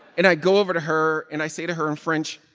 and i go over to her. and i say to her and french,